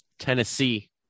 Tennessee